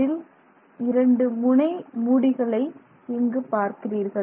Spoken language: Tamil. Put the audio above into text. அதில் 2 முனை மூடிகளை இங்கு பார்க்கிறீர்கள்